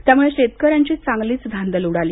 त्यामुळे शेतकऱ्यांची चांगलीच धांदल उडाली